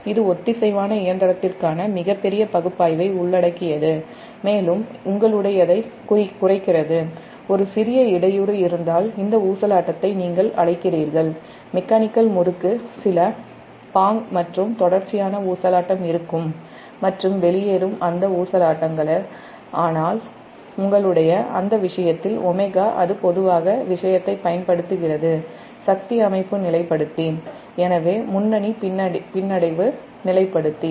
இது ஒத்திசைவான இயந்திரத்திற்கான மிகப்பெரிய பகுப்பாய்வை உள்ளடக்கியது மேலும் இது உங்களுடையதைக் குறைக்கிறது ஒரு சிறிய இடையூறு இருந்தால் இந்த ஊசலாட்டத்தை நீங்கள் அழைக்கிறீர்கள் மெக்கானிக்கல் முறுக்கு சில பாங் மற்றும் தொடர்ச்சியான ஊசலாட்டம் இருக்கும் மற்றும் வெளியேறும் அந்த ஊசலாட்டங்கள் ஆனால் உங்களுடைய அந்த விஷயத்தில் ω அது பொதுவாக விஷயத்தை சக்தி அமைப்பு நிலைப்படுத்தப் பயன்படுத்துகிறது எனவே முன்னணி பின்னடைவு நிலைப்படுத்தும் அமைப்பு